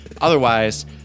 Otherwise